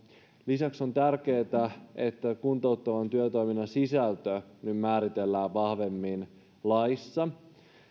lisäksi on tärkeätä että kuntouttavan työtoiminnan sisältö nyt määritellään vahvemmin laissa